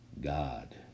God